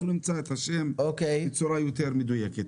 אנחנו נמצא את השם בצורה יותר מדויקת.